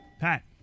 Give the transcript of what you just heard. Pat